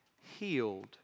healed